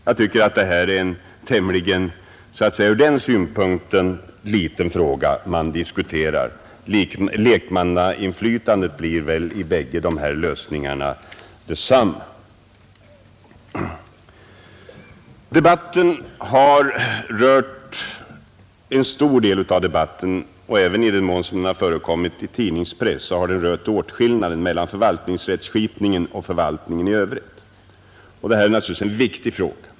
Jag tycker att detta ur den synpunkten är en liten fråga; lekmannainflytandet blir väl med båda dessa lösningar detsamma. En stor del av debatten — även i den mån den har förekommit i tidningspress — har rört åtskillnaden mellan förvaltningsrättskipningen och förvaltningen i övrigt. Detta är naturligtvis en viktig fråga.